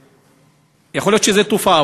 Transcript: יכול להיות שזו תופעה,